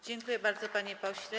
Dziękuję bardzo, panie pośle.